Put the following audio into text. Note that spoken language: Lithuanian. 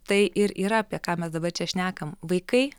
tai ir yra apie ką mes dabar čia šnekam vaikai